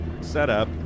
setup